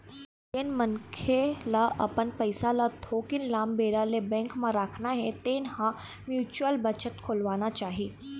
जेन मनखे ल अपन पइसा ल थोकिन लाम बेरा ले बेंक म राखना हे तेन ल म्युचुअल बचत खोलवाना चाही